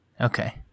okay